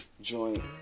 joint